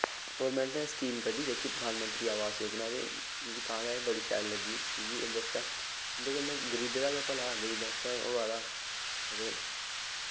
government ने scheme कड्डी जेह्की प्रधान मंत्री आवास योजना ते मिकी तां गै एह् बड़ी शैल लग्गी कि की इं'दे आस्तै इं'दे कन्नै गरीबें दा गै भला गरीबें आस्तै होआ दा ते